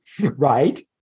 Right